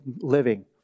living